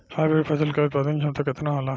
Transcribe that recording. Hybrid फसल क उत्पादन क्षमता केतना होला?